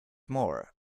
more